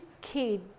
kid